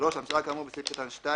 (3) המצאה כאמור בסעיף קטן (2)